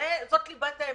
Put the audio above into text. זאת ליבת האמת.